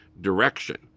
direction